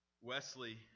Wesley